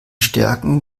stärken